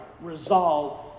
resolve